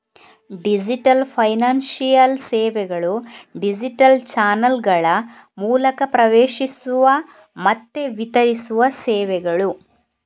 digital financial ಸೇವೆಗಳು digital ಚಾನಲ್ಗಳ ಮೂಲಕ ಪ್ರವೇಶಿಸುವ ಮತ್ತೆ ವಿತರಿಸುವ ಸೇವೆಗಳು